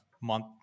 month